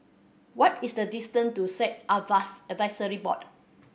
what is the distant to Sikh Advisory Board